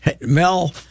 Mel